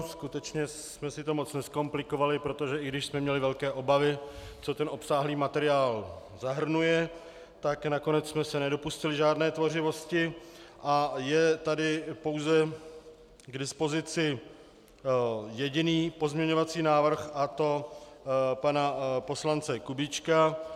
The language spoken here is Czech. Skutečně jsme si to moc nezkomplikovali, protože i když jsme měli velké obavy, co ten obsáhlý materiál zahrnuje, tak nakonec jsme se nedopustili žádné tvořivost a je tady pouze k dispozici jediný pozměňovací návrh, a to pana poslance Kubíčka.